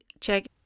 check